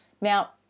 Now